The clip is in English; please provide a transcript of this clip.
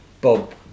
Bob